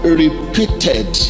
repeated